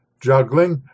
juggling